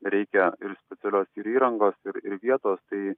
reikia ir specialios ir įrangos ir ir vietos tai